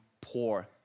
poor